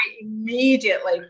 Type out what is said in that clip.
immediately